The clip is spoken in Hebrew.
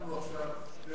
שמנו עכשיו 2